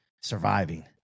surviving